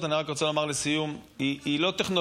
תודה רבה.